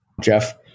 Jeff